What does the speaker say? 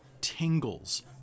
tingles